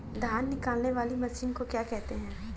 धान निकालने वाली मशीन को क्या कहते हैं?